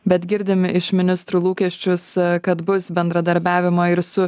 bet girdim iš ministrų lūkesčius kad bus bendradarbiavimo ir su